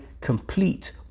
complete